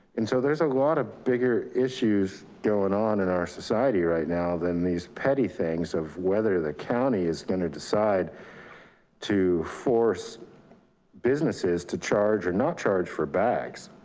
and so there's a lot of bigger issues going on in our society right now than these petty things of whether the county is gonna decide to force businesses, to charge or not charge for bags.